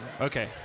Okay